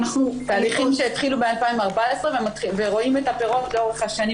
--- תהליכים שה תחילו ב-2014 ורואים את הפירות לאורך השנים,